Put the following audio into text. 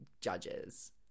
judges